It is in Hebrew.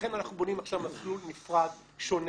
לכן אנחנו בונים עכשיו מסלול נפרד, שונה,